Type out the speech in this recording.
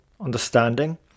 understanding